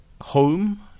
home